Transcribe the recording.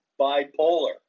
bipolar